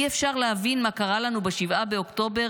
אי-אפשר להבין מה קרה לנו ב-7 באוקטובר